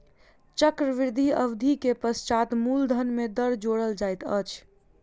चक्रवृद्धि अवधि के पश्चात मूलधन में दर जोड़ल जाइत अछि